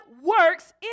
works